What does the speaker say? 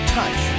touch